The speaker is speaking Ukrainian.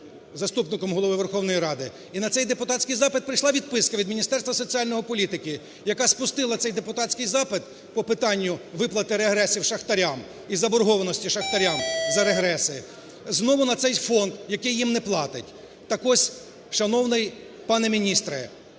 Заступником Голови Верховної Ради, і на цей депутатський запит прийшла відписка від Міністерства соціальної політики, яка спустила цей депутатський запит по питанню виплат регресів шахтарям і заборгованості шахтарям за регреси, знову на цей фонд, який їм не платить. Так ось, шановний пане міністре